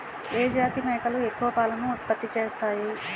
ఏ జాతి మేకలు ఎక్కువ పాలను ఉత్పత్తి చేస్తాయి?